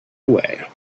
away